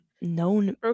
known